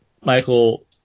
Michael